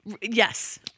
Yes